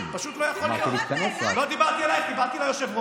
כתגובה אפילו,